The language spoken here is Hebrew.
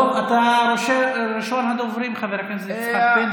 טוב, אתה ראשון הדוברים, חבר הכנסת פינדרוס.